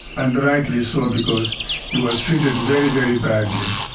and rightly so, because he was treated very, very badly.